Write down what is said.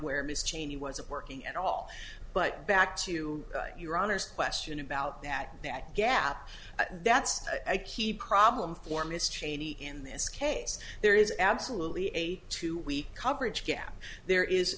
where ms cheney wasn't working at all but back to your honest question about that that gap that's a key problem for miss cheney in this case there is absolutely a two week coverage gap there is